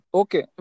okay